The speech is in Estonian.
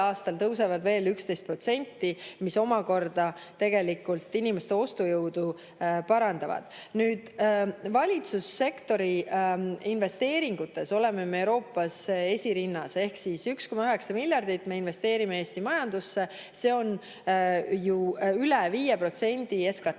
aastal tõusevad veel 11%. See omakorda tegelikult parandab inimeste ostujõudu. Nüüd, valitsussektori investeeringutes oleme me Euroopas esirinnas ehk 1,9 miljardit me investeerime Eesti majandusse. See on ju üle 5% SKT-st